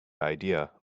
idea